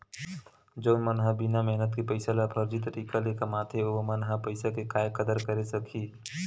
जउन मन ह बिना मेहनत के पइसा ल फरजी तरीका ले कमाथे ओमन ह पइसा के काय कदर करे सकही